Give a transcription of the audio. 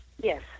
Yes